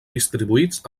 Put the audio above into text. distribuïts